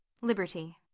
Liberty